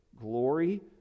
glory